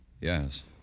Yes